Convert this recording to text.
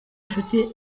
nshuti